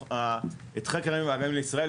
יש את חקר הימים והאגמים לישראל,